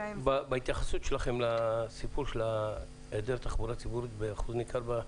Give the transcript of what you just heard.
בהתייחסות שלכם להיעדר התחבורה הציבורית באחוז ניכר,